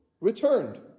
returned